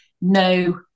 no